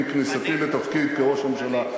עם כניסתי לתפקיד כראש הממשלה.